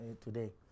today